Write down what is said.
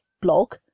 blog